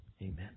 Amen